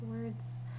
words